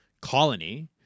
colony